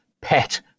pet